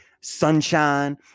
sunshine